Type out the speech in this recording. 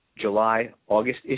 July-August